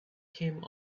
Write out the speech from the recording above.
came